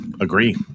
Agree